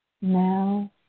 now